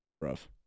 Rough